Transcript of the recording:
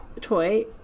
toy